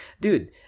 Dude